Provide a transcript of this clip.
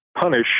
punish